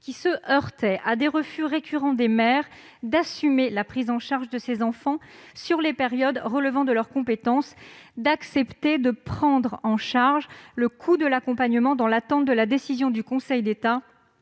qui se heurtaient à des refus récurrents des maires d'assumer la prise en charge de ces enfants sur les périodes relevant de leurs compétences, le ministre avait demandé d'accepter de prendre en charge le coût de l'accompagnement dans l'attente de la décision du Conseil d'État.